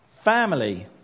Family